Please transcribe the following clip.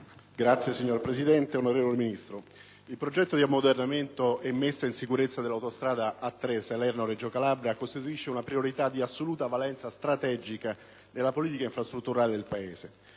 *(PD)*. Signor Presidente, onorevole Ministro, il progetto di ammodernamento e messa in sicurezza dell'autostrada A3 Salerno-Reggio Calabria costituisce una priorità di assoluta valenza strategica nella politica infrastrutturale del Paese;